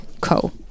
co